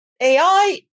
AI